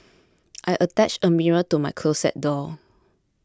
I attached a mirror to my closet door